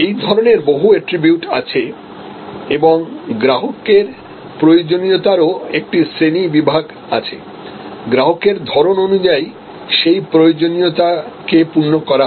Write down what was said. এই ধরনের বহু এট্রিবিউট আছে এবং গ্রাহকের প্রয়োজনীয়তার ও একটা শ্রেণীবিভাগ আছে গ্রাহকের ধরণ অনুযায়ী সেই প্রয়োজনীয়তাকে পূর্ণ করা হয়